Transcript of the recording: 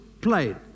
played